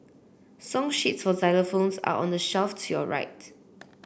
song sheets for xylophones are on the shelf to your right